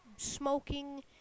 smoking